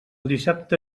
dissabte